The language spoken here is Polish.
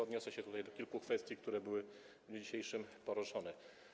Odniosę się do kilku kwestii, które były w dniu dzisiejszym poruszone.